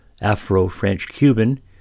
Afro-French-Cuban